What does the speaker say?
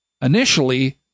initially